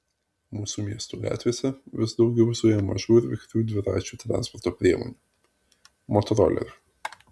mūsų miestų gatvėse vis daugiau zuja mažų ir vikrių dviračių transporto priemonių motorolerių